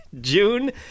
June